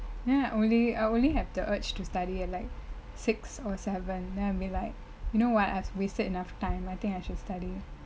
ya only I only have the urge to study at like six or seven then I'll be like you know what I have wasted enough time I think I should study